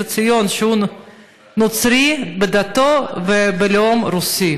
ציון הוא נוצרי בדתו ובן ללאום הרוסי?